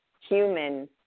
human